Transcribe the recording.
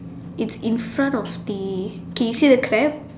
it's in front of the okay you see the crab